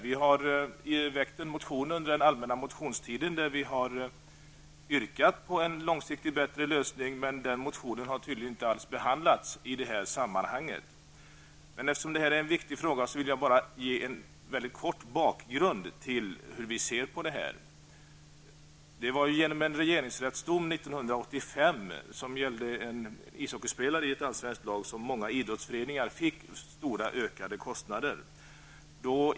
Vi har väckt en motion under den allmänna motionstiden där vi har yrkat på en långsiktigt bättre lösning, men den motionen har tydligen inte alls behandlats i det här sammanhanget. Eftersom detta är en viktig fråga vill jag väldigt kort ge en bakgrund till hur vi ser på saken. Genom en regeringsrättsdom 1985, som gällde en ishockeyspelare i ett allsvenskt lag, fick många idrottsföreningar stora ökade kostnader.